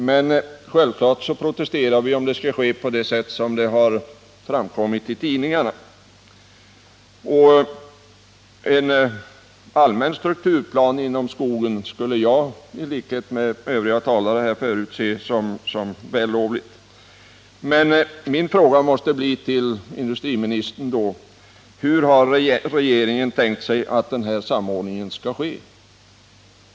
Men självfallet protesterar vi, om det skall ske på det sätt som beskrivits i tidningarna. Jag anser —-ilikhet med övriga talare —- att en allmän strukturplan beträffande skogen är lämplig. Men då måste min fråga till industriministern bli: Hur har regeringen tänkt sig att samordningen skall ske?